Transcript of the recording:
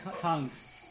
tongues